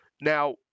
Now